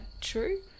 true